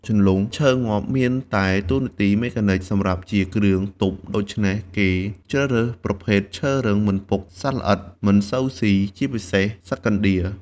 ជន្លង់ឈើងាប់មានតែតួនាទីមេកានិកសម្រាប់ជាគ្រឿងទប់ដូច្នេះគេជ្រើសរើស ប្រភេទឈើរឹង មិនពុក សត្វល្អិតមិនសូវស៊ី ជាពិសេសសត្វកណ្តៀរ។